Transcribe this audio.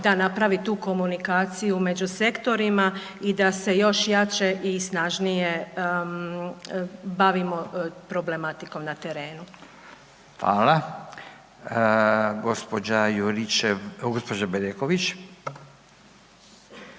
da napravi tu komunikaciju među sektorima i da se još jače i snažnije bavimo problematikom na terenu. **Radin, Furio